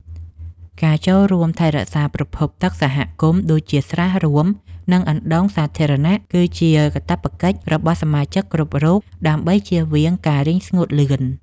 ការចូលរួមថែរក្សាប្រភពទឹកសហគមន៍ដូចជាស្រះរួម និងអណ្តូងសាធារណៈគឺជាកាតព្វកិច្ចរបស់សមាជិកគ្រប់រូបដើម្បីជៀសវាងការរីងស្ងួតលឿន។